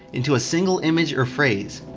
into a single image or phrase.